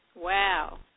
Wow